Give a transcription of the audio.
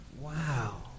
Wow